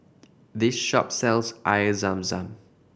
this shop sells Air Zam Zam